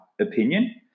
opinion